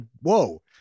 whoa